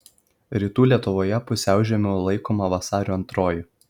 rytų lietuvoje pusiaužiemiu laikoma vasario antroji